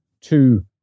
two